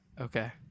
Okay